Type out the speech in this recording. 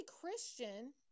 Christian